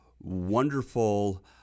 wonderful